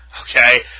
Okay